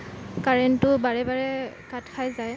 কাৰেণ্টটো বাৰে বাৰে কাট খাই যায়